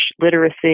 literacy